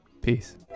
Peace